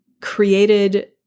created